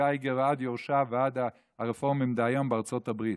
מגייגר עד יורשיו ועד הרפורמים דהיום בארצות הברית.